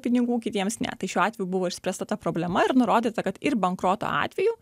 pinigų kitiems ne tai šiuo atveju buvo išspręsta ta problema ir nurodyta kad ir bankroto atveju